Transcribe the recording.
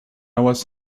was